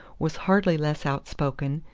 was hardly less outspoken,